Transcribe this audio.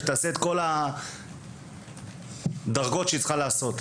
ושתעשה את כל הדרגות שהיא צריכה לעשות.